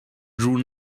drew